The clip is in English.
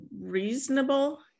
reasonable